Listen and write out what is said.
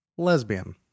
lesbian